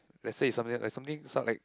let's say is something like something is not like